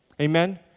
Amen